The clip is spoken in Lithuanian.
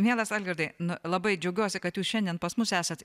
mielas algirdai nu labai džiaugiuosi kad jūs šiandien pas mus esat